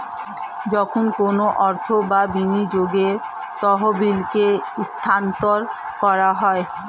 যখন কোনো অর্থ বা বিনিয়োগের তহবিলকে স্থানান্তর করা হয়